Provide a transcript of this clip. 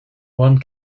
one